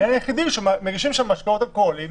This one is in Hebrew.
הדבר היחידי הוא שמגישים שם משקאות אלכוהוליים